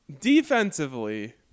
Defensively